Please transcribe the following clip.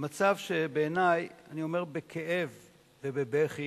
מצב שבעיני, אני אמר בכאב ובבכי,